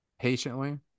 patiently